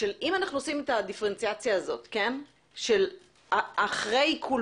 אם אנחנו עושים את הדיפרנציאציה הזו של אחרי עיקול